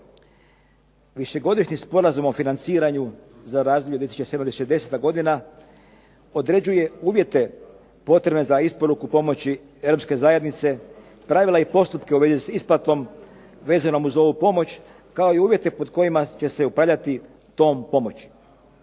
Višegodišnji sporazum o financiranju za razdoblje 2007. – 2010. godina određuje uvjete potrebne za isporuku pomoći Europske zajednice, pravila i postupke u vezi s isplatom vezanom uz ovu pomoć kao i uvjete pod kojima će se upravljati tom pomoći.